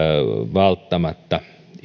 välttämättä